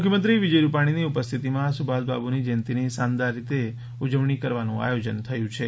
મુખ્યમંત્રી વિજય રૂપાણીની ઉપસ્થિતિમાં સુભાષબાબુની જયંતીની શાનદાર રીતે ઉજવણી કરવાનું આયોજન થયું છે